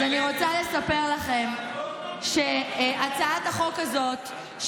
אז אני רוצה לספר לכם שהצעת החוק הזאת,